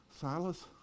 Silas